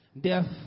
Death